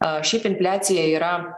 a šiaip infliacija yra